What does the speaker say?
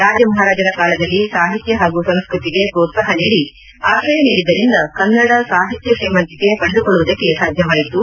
ರಾಜ ಮಹಾರಾಜರ ಕಾಲದಲ್ಲಿ ಸಾಹಿತ್ಯ ಹಾಗೂ ಸಂಸ್ಕತಿಗೆ ಪೋತ್ಸಾಹ ನೀಡಿ ಆಶ್ರಯ ನೀಡಿದ್ದರಿಂದ ಕನ್ನಡ ಸಾಹಿತ್ಯ ಶ್ರೀಮಂತಿಕೆ ಪಡೆದುಕೊಳ್ಳುವುದಕ್ಕೆ ಸಾಧ್ಯವಾಯಿತು